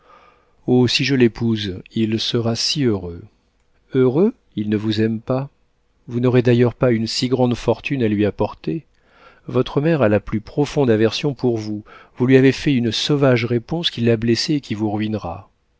oh si je l'épouse il sera si heureux heureux il ne vous aime pas vous n'aurez d'ailleurs pas une si grande fortune à lui apporter votre mère a la plus profonde aversion pour vous vous lui avez fait une sauvage réponse qui l'a blessée et qui vous ruinera